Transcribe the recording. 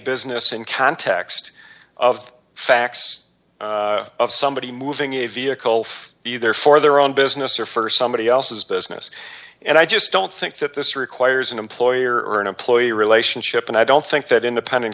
business in context of facts of somebody moving in a vehicle either for their own business or st somebody else's business and i just don't think that this requires an employer employee relationship and i don't think that independent